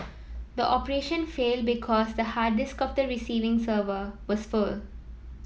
the operation failed because the hard disk of the receiving server was full